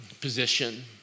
position